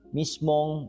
mismong